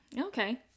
Okay